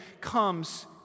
comes